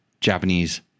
Japanese